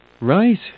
Right